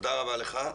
תודה רבה לך.